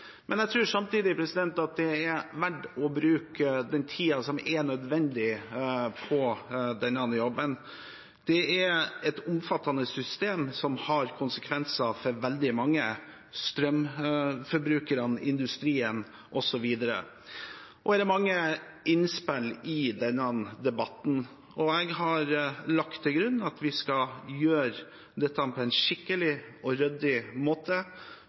Jeg tror samtidig at det er verdt å bruke den tiden som er nødvendig, på denne jobben. Det er et omfattende system, som har konsekvenser for veldig mange strømforbrukere, industrien osv. Det er mange innspill i denne debatten. Jeg har lagt til grunn at vi skal gjøre dette på en skikkelig og ryddig måte